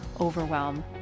overwhelm